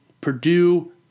Purdue